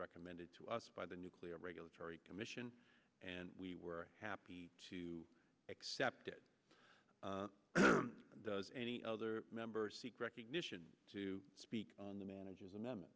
recommended to us by the nuclear regulatory commission and we were happy to accept it does any other member seek recognition to speak on the managers and the